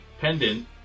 pendant